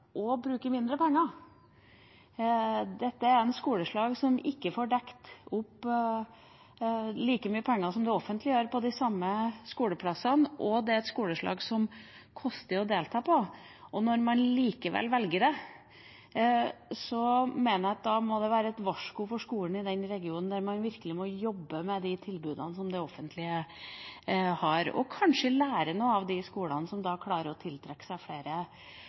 og bruker mindre penger. Dette er et skoleslag som ikke får dekket opp like mye penger som det offentlige gjør på de samme skoleplassene, og det er et skoleslag som det koster å delta på. Når man likevel velger det, mener jeg at da må det være et varsko for skolen i den regionen, der man virkelig må jobbe med de tilbudene som det offentlige har, og kanskje lære noe av de skolene som klarer å tiltrekke seg flere